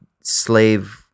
slave